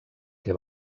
que